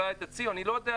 אולי תציעו אני לא יודע,